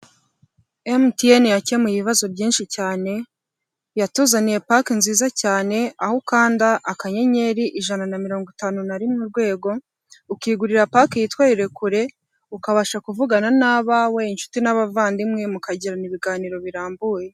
MTN yakemuye ibibazo byinshi cyane, yatuzaniye pake nziza cyane, aho ukanda akanyenyeri ijana na mirongo itanu na rimwe, rwego, ukigurira paki yitwa irekure, ukabasha kuvugana n'abawe, inshuti n'abavandimwe, mukagirana ibiganiro birambuye.